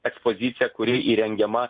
ekspoziciją kuri įrengiama